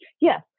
yes